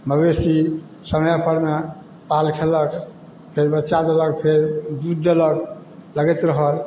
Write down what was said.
मवेशी समयपरमे पाल खएलक फेर बच्चा देलक फेर दूध देलक लगैत रहल